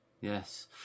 yes